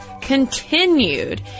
continued